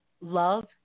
Love